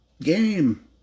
game